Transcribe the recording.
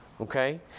Okay